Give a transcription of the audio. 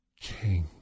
king